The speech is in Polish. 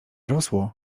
rosło